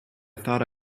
thought